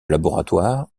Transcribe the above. laboratoires